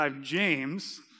James